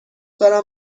دارم